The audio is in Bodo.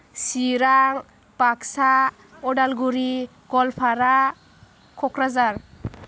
चिरां बाक्सा उदालगुरि ग'लफारा क'क्राझार